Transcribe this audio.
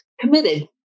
committed